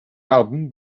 album